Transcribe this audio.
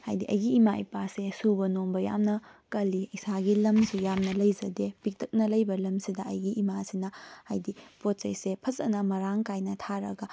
ꯍꯥꯏꯗꯤ ꯑꯩꯒꯤ ꯏꯃꯥ ꯏꯄꯥꯁꯦ ꯁꯨꯕ ꯅꯣꯝꯕ ꯌꯥꯝꯅ ꯀꯜꯂꯤ ꯏꯁꯥꯒꯤ ꯂꯝꯁꯨ ꯌꯥꯝꯅ ꯂꯩꯖꯗꯦ ꯄꯤꯛꯇꯛꯅ ꯂꯩꯕ ꯂꯝꯁꯤꯗ ꯑꯩꯒꯤ ꯏꯃꯥꯁꯤꯅ ꯍꯥꯏꯗꯤ ꯄꯣꯠꯆꯩꯁꯦ ꯐꯖꯅ ꯃꯔꯥꯡ ꯀꯥꯏꯅ ꯊꯥꯔꯒ